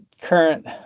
current